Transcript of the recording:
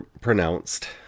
pronounced